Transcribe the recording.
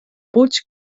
puig